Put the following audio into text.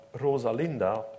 Rosalinda